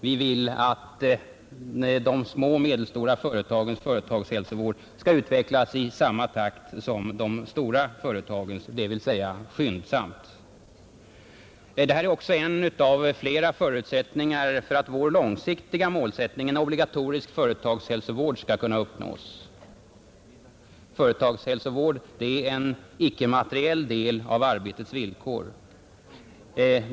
Vi vill att de små och medelstora företagens företagshälsovård skall utvecklas i samma takt som de stora företagens, dvs. skyndsamt. Detta är också en av flera förutsättningar för att vår långsiktiga målsättning, en obligatorisk företagshälsovård, skall kunna uppnås. Företagshälsovård är ju en icke-materiell del av arbetets villkor.